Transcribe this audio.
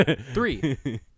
Three